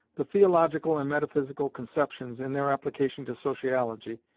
the theological and metaphysical conceptions, in their application to sociology,